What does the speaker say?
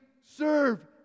serve